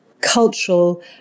cultural